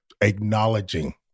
acknowledging